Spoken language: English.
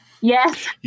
Yes